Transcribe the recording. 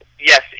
Yes